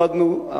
לא למדנו,